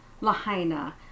Lahaina